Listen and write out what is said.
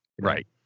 Right